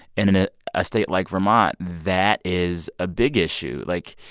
and in ah a state like vermont, that is a big issue. like,